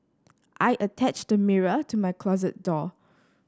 I attached to mirror to my closet door